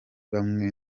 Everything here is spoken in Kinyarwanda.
bamwe